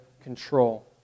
control